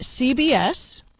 CBS